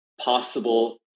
possible